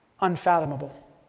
unfathomable